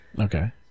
Okay